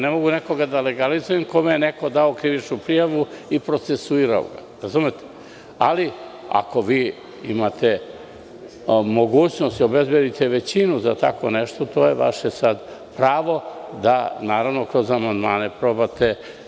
Ne mogu nekoga da legalizujem kome je neko dao krivičnu prijavu i procesuirao ga, ali ako vi imate mogućnost i obezbedite većinu za tako nešto, to je vaše pravo da, naravno kroz amandmane probate.